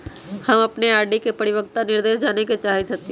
हम अपन आर.डी के परिपक्वता निर्देश जाने के चाहईत हती